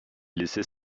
laissait